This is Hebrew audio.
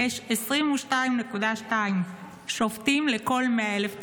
יש 22.2 שופטים על כל 100,000 תושבים.